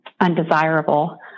undesirable